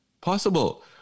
possible